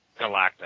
Galacta